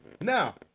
Now